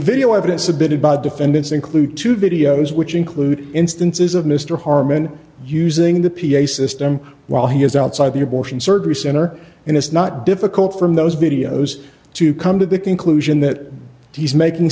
video evidence submitted by the defendants include two videos which include instances of mr harmon using the p a system while he is outside the abortion surgery center and it's not difficult from those videos to come to the conclusion that he's making